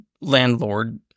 landlord